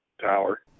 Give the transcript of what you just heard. tower